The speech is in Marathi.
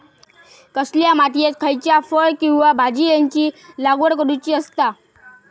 कसल्या मातीयेत खयच्या फळ किंवा भाजीयेंची लागवड करुची असता?